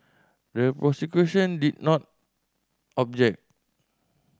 the prosecution did not object